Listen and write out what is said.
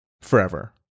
forever